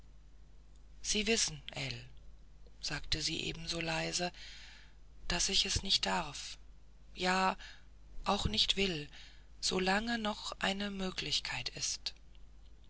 sie wissen ell antwortete sie ebenso leise daß ich es nicht darf ja auch nicht will so lange noch eine möglichkeit ist